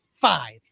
five